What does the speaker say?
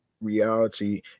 reality